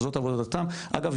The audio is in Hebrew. אגב,